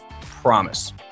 Promise